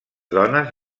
dones